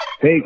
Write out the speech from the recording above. Hey